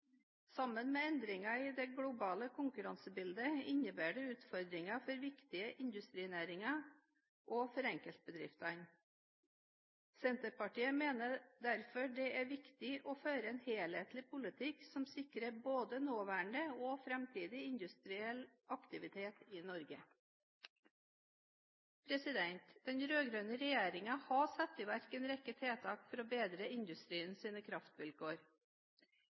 Sammen med endringer i det globale konkurransebildet innebærer det utfordringer for viktige industrinæringer og for enkeltbedriftene. Senterpartiet mener derfor det er viktig å føre en helhetlig politikk, som sikrer både nåværende og framtidig industriell aktivitet i Norge. Den rød-grønne regjeringen har satt i verk en rekke tiltak for å bedre industriens kraftvilkår,